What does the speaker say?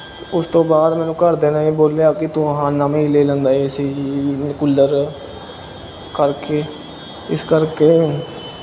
ਉਸ ਤੋਂ ਬਾਅਦ ਮੈਨੂੰ ਘਰਦਿਆਂ ਨੇ ਵੀ ਬੋਲਿਆ ਕਿ ਤੂੰ ਆਹ ਨਵਾਂ ਹੀ ਲੈ ਲੈਂਦਾ ਏ ਸੀ ਜੀ ਕੂਲਰ ਕਰਕੇ ਇਸ ਕਰਕੇ